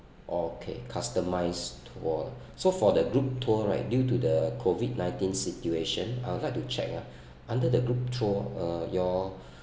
okay customized tour so for the group tour right due to the COVID nineteen situation I would like to check ah under the group tour uh your